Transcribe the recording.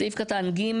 סעיף קטן (ג).